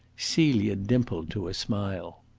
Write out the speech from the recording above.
celia dimpled to a smile.